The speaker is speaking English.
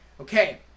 Okay